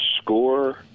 score